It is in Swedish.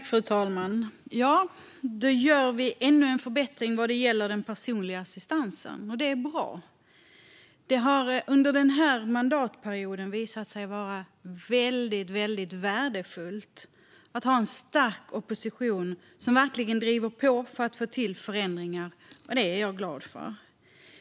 Fru talman! Nu gör vi ännu en förbättring vad gäller den personliga assistansen. Det är bra! Det har under den här mandatperioden visat sig vara väldigt värdefullt att ha en stark opposition som verkligen driver på för att få till förändringar. Det är jag glad för.